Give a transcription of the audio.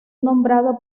nombrado